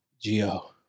geo